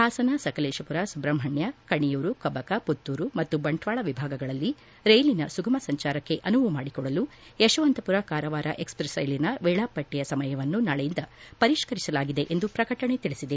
ಹಾಸನ ಸಕಲೇಶಪುರ ಸುಬ್ರಹ್ಮಣ್ಯ ಕಣಿಯೂರು ಕಬಕ ಪುತ್ತೂರು ಮತ್ತು ಬಂಟ್ವಾಳ ವಿಭಾಗಗಳಲ್ಲಿ ರೈಲಿನ ಸುಗಮ ಸಂಚಾರಕ್ಕೆ ಅನುವು ಮಾಡಿಕೊಡಲು ಯಶವಂತಪುರ ಕಾರವಾರ ಎಕ್ಸ್ಪ್ರೆಸ್ ರೈಲಿನ ವೇಳಾಪಟ್ಟಿಯ ನಾಳೆಯಿಂದ ಪರಿಷ್ಕರಿಸಲಾಗಿದೆ ಎಂದು ಪ್ರಕಟಣೆ ತಿಳಿಸಿದೆ